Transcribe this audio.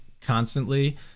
constantly